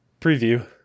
Preview